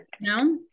No